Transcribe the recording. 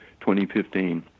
2015